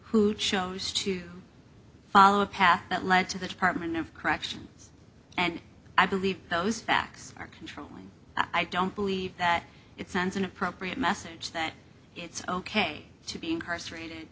who chose to follow a path that led to the department of corrections and i believe those facts are controlling i don't believe that it sends an appropriate message that it's ok to be incarcerated